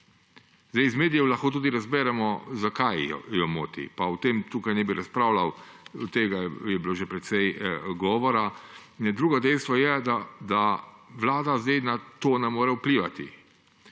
Iz medijev lahko tudi razberemo, zakaj jo moti, pa o tem tukaj ne bi razpravljal, o tem je bilo že precej govora. Drugo dejstvo je, da Vlada zdaj na to ne more vplivati.